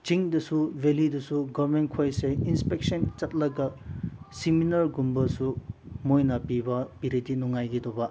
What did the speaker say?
ꯆꯤꯡꯗꯁꯨ ꯚꯦꯂꯤꯗꯁꯨ ꯒꯣꯕꯔꯃꯦꯟꯈꯣꯏꯁꯦ ꯏꯟꯁꯄꯦꯛꯁꯟ ꯆꯠꯂꯒ ꯁꯤꯃꯤꯅꯥꯔꯒꯨꯝꯕꯁꯨ ꯃꯣꯏꯅ ꯄꯤꯕ ꯄꯤꯔꯗꯤ ꯅꯨꯡꯉꯥꯏꯒꯗꯕ